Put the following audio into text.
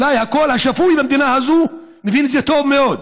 אולי הקול השפוי במדינה הזו מבין את זה טוב מאוד.